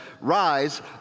rise